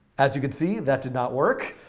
as you can see, that did not work.